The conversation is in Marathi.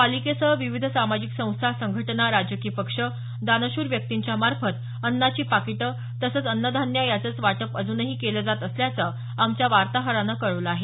पालिकेसह विविध सामाजिक संस्था संघटना राजकीय पक्ष दानशूर व्यक्ती यांच्या मार्फत अन्नाची पाकिटे तसेच अन्नधान्य याचेच वाटप अजूनही केलं जात असल्याचं आमच्या वार्ताहरानं कळवलं आहे